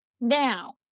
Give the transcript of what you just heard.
Now